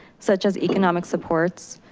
such as economic supports,